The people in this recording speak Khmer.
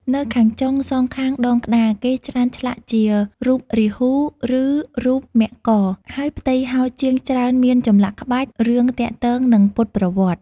នៅខាងចុង សងខាងដងក្តារ គេច្រើនឆ្លាក់ជារូបរាហ៊ូ ឬ រូបមករ ហើយផ្ទៃហោជាងច្រើនមានចម្លាក់ក្បាច់ រឿងទាក់ទងនឹងពុទ្ធប្រវត្តិ។